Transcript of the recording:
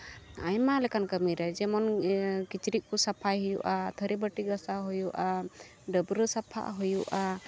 ᱟᱭᱢᱟ ᱞᱮᱠᱟᱱ ᱠᱟᱹᱢᱤ ᱨᱮ ᱡᱮᱢᱚᱱ ᱠᱤᱪᱨᱤᱡ ᱠᱚ ᱥᱟᱯᱷᱟᱭ ᱦᱩᱭᱩᱜᱼᱟ ᱛᱷᱟᱹᱨᱤᱼᱵᱟᱹᱴᱤ ᱜᱟᱥᱟᱣ ᱦᱩᱭᱩᱜᱼᱟ ᱰᱟᱹᱵᱽᱨᱟᱹ ᱥᱟᱯᱷᱟᱜ ᱦᱩᱭᱩᱜᱼᱟ